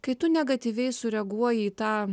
kai tu negatyviai sureaguoja į tą